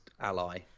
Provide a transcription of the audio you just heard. ally